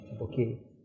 Okay